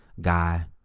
guy